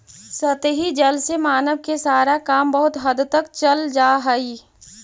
सतही जल से मानव के सारा काम बहुत हद तक चल जा हई